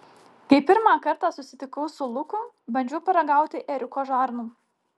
kai pirmą kartą susitikau su luku bandžiau paragauti ėriuko žarnų